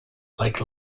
like